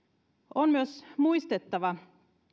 on myös muistettava